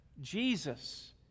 Jesus